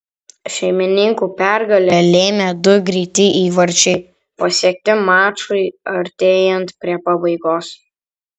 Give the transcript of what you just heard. šeimininkų pergalę lėmė du greiti įvarčiai pasiekti mačui artėjant prie pabaigos